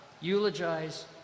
eulogize